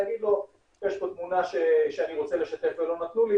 להגיד לו 'יש פה תמונה שאני רוצה לשתף ולא נתנו לי